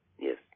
Yes